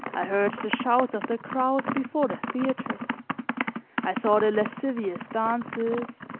i heard the shouts of the crowds before the theaters i saw the lascivious dances,